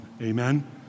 Amen